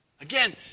Again